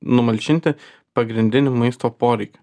numalšinti pagrindinį maisto poreikį